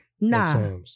Nah